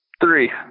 Three